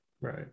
Right